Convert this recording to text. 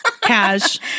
Cash